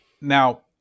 Now